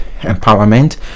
empowerment